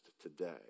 today